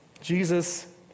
Jesus